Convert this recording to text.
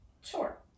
Sure